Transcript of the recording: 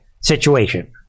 situation